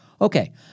Okay